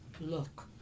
look